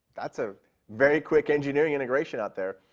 that's a very quick engineering integration out there.